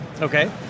Okay